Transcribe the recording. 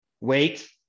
wait